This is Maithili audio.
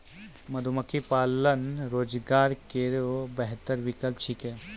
मधुमक्खी पालन स्वरोजगार केरो बेहतर विकल्प छिकै